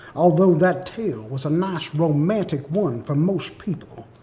although that tale was a nice romantic one for most people.